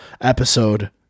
episode